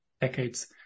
decades